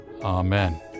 amen